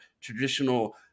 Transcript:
traditional